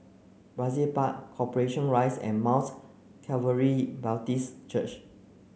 Brizay Park Corporation Rise and Mount Calvary Baptist Church